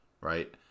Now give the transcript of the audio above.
right